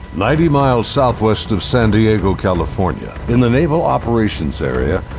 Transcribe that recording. ninety miles southwest of san diego california in the naval operations area,